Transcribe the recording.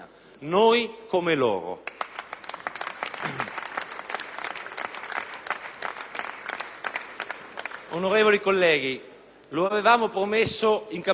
Onorevoli colleghi, lo avevamo promesso in campagna elettorale: questa sarà la legislatura delle riforme,